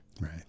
right